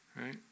right